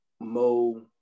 Mo